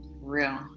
real